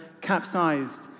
capsized